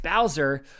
Bowser